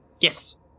Yes